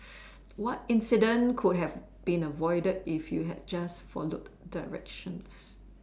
what incident could have been avoided if you had just followed directions